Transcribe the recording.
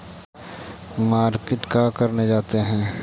Market का करने जाते हैं?